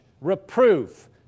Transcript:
reproof